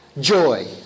joy